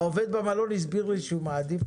--- העובד במלון הסביר לי שהוא מעדיף